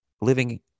living